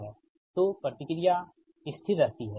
तो प्रतिक्रिया स्थिर रहती है